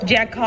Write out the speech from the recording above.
Jack